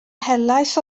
helaeth